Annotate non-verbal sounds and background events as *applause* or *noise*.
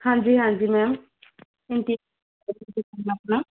ਹਾਂਜੀ ਹਾਂਜੀ ਮੈਮ *unintelligible* ਆਪਣਾ